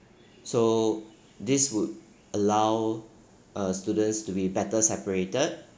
so this would allow uh students to be better separated